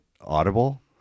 audible